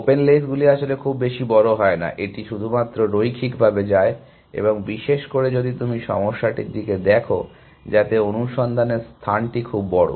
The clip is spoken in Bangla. ওপেন লেইসগুলি আসলে খুব বেশি বড় হয় না এটি শুধুমাত্র রৈখিকভাবে যায় এবং বিশেষ করে যদি তুমি সমস্যাটির দিকে দেখো যাতে অনুসন্ধানের স্থানটি খুব বড়ো